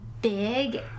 Big